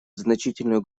значительную